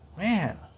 man